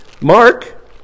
Mark